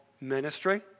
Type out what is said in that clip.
ministry